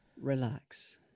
relax